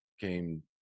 came